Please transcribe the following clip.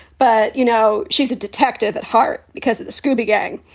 but, you know, she's a detective at heart because of the scooby gang.